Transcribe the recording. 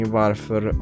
varför